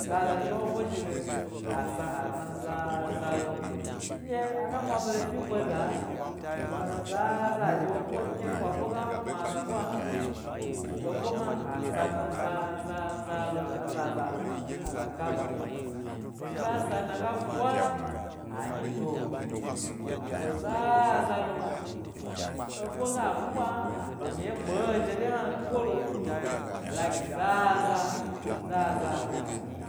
Za za zhi ɓa wo boe zhi ge ha sa ha dna za za lo, nɗye aga mwa bare fi e kpelda, hega gna za za wo zhi wo boe, nɗye hoe bwa ebwe ga gnu aza ɓwan, ebwe hna ha sa dna za za za ho shna za za aza ka bare yna, he zhi ɓa sa dna ga gnu ɓwa ha enyi to ha kpe zaza lo, ebwe ga gnu ɓwan a to nyi ɗye kpe eje dye hna tugo lo he la gi za za za za ga ɗyi